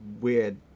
weird